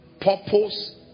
purpose